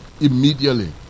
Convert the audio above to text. immediately